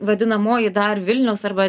vadinamoji dar vilniaus arba